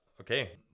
okay